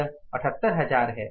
यह 78000 है